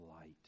light